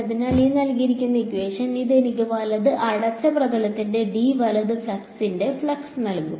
അതിനാൽ ഇത് എനിക്ക് വലത് അടച്ച പ്രതലത്തിൽ D വലത് ഫ്ളക്സിന്റെ ഫ്ലക്സ് നൽകും